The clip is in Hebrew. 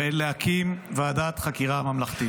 ולהקים ועדת חקירה ממלכתית.